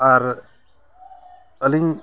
ᱟᱨ ᱟᱹᱞᱤᱧ